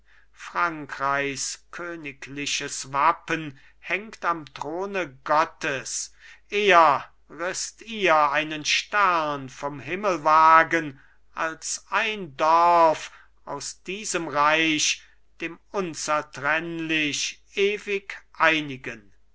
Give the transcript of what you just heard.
frankreichs königliches wappen hängt am throne gottes eher rißt ihr einen stern vom himmelwagen als ein dorf aus diesem reich dem unzertrennlich ewig einigen